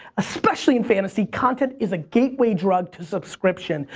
especially in fantasy, content is a gateway drug to subscription.